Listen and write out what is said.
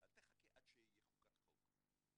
אל תחכה עד שיחוקק חוק.